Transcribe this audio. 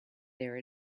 there